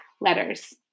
letters